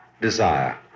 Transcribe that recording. desire